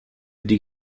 die